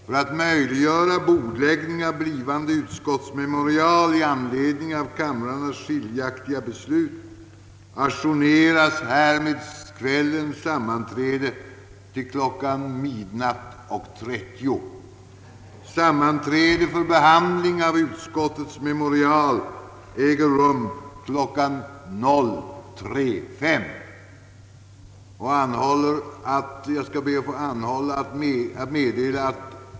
För att möjliggöra bordläggning av blivande utskottsmemorial i anledning av kamrarnas skiljaktiga beslut hemställer jag, att kammaren ajournerar kvällens sammanträde till kl. 00.30.